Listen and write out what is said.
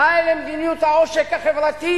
די למדיניות העושק החברתי,